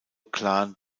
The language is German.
clan